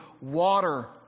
water